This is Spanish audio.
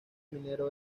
minero